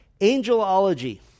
angelology